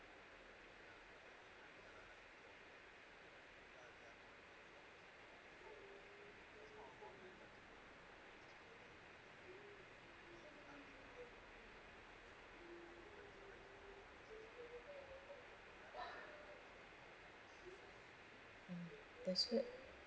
mm that's good